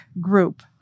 group